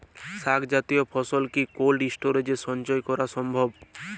শাক জাতীয় ফসল কি কোল্ড স্টোরেজে সঞ্চয় করা সম্ভব?